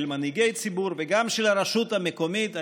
של מנהיגי ציבור וגם של הרשות המקומית.